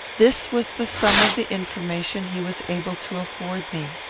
this was the sum of the information he was able to afford me.